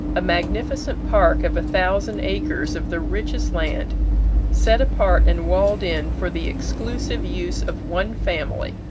a magnificent park of a thousand acres of the richest land set apart and walled in for the exclusive use of one family,